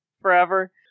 forever